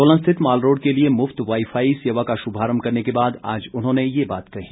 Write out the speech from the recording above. सोलन स्थित मालरोड़ के लिए मुफ़त वाई फाई सेवा का शुभारंभ करने के बाद आज उन्होंने ये बात कही